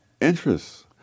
interests